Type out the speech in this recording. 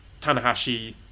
Tanahashi